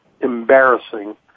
embarrassing